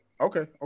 Okay